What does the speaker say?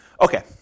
Okay